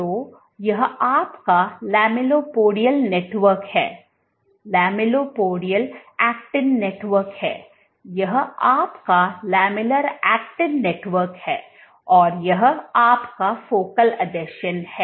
तो यह आपका लैमेलिपोडियल नेटवर्क है लैमेलिपोडियल एक्टिन नेटवर्क है यह आपका लैमेलर एक्टिन नेटवर्क है और यह आपका फोकल आसंजन है